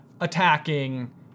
attacking